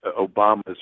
Obama's